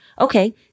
Okay